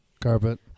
Carpet